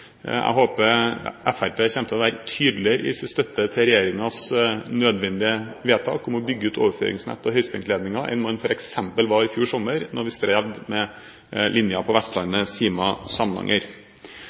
Jeg håper Fremskrittspartiet kommer til å være tydeligere i sin støtte til regjeringens nødvendige vedtak om å bygge ut overføringsnett og høyspentledninger enn man var f.eks. i fjor sommer, da vi strevde med linjen Sima–Samnanger på